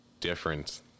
Different